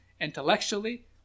intellectually